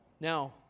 Now